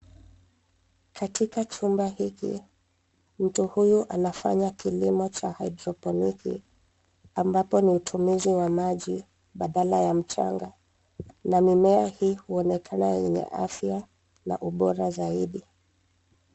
Katika chumba hiki, mtu huyu anafanya kilimo cha haidroponiki, ambapo ni utumizi ya maji badala ya mchanga na mimea hii huonekana yenye afya na ubora zaidi.